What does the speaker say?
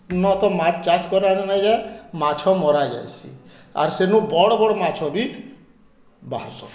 ନୁଅ ତ ମାଛ ଚାଷ ନାଇଁ ଯେ ମାଛ ମରା ଯାଇସି ଆର ସେନୁ ବଡ଼ ବଡ଼ ମାଛ ବି ବାହାରୁସନ୍